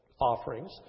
offerings